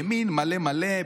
ימין מלא מלא,